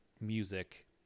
music